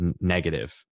negative